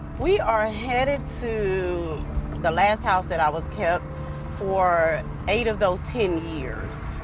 we are headed to the last house that i was kept for eight of those ten years.